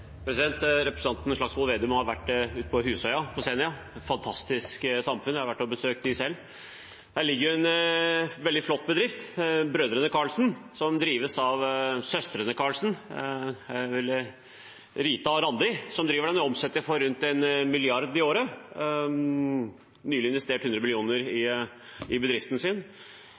Representanten Slagsvold Vedum har vært ute på Husøy på Senja – et fantastisk samfunn, jeg har vært og besøkt det selv. Der ligger det en veldig flott bedrift, Brødrene Karlsen, som drives av søstrene Karlsen, det er vel Rita og Randi som driver den. De omsetter for rundt 1 mrd. kr i året og har nylig investert 100 mill. kr i bedriften sin.